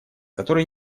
которые